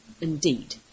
Indeed